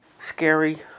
scary